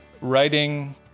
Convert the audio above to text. writing